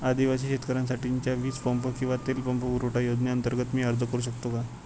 आदिवासी शेतकऱ्यांसाठीच्या वीज पंप किंवा तेल पंप पुरवठा योजनेअंतर्गत मी अर्ज करू शकतो का?